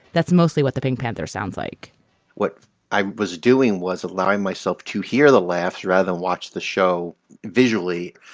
that's mostly what the pink panther sounds like what i was doing was allowing myself to hear the laughs rather than watch the show visually,